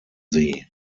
sie